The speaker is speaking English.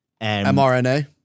MRNA